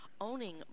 Owning